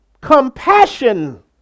compassion